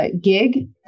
Gig